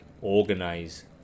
organize